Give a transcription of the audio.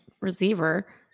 receiver